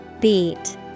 Beat